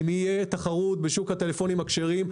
אם תהיה תחרות בשוק הטלפונים הכשרים,